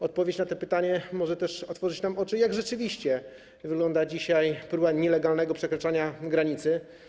Odpowiedź na to pytanie może też otworzyć nam oczy na to, jak rzeczywiście wygląda dzisiaj próba nielegalnego przekraczania granicy.